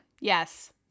Yes